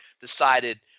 decided